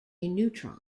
neutron